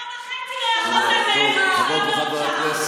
שנה וחצי לא יכולת לנהל את משרד האוצר.